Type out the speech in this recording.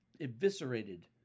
eviscerated